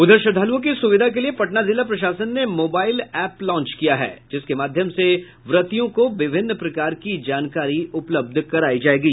उधर श्रद्वालुओं की सुविधा के लिए पटना जिला प्रशासन ने मोबाईल एप्प भी लांच किया है जिसके माध्यम से व्रतियों को विभिन्न प्रकार की जानकारी उपलब्ध करायी जायेगी